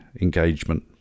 engagement